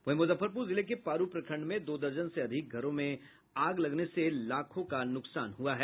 वहीं मुजफ्फरपुर जिले के पारू प्रखंड में दो दर्जन से अधिक घरों में आग लगने से लाखों रूपयों का नुकसान हुआ है